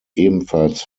ebenfalls